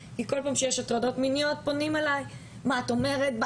כי כל פעם שיש הטרדות מיניות פונים אליי: מה את אומרת,